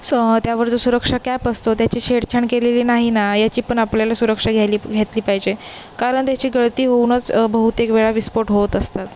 स त्यावर जो सुरक्षा कॅप असतो त्याची शेडछाण केलेली नाही ना याची पण आपल्याला सुरक्षा घ्यायली घेतली पाहिजे कारण त्याची गळती होऊनच बहुतेक वेळा विस्फोट होत असतात